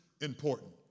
important